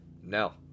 No